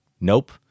Nope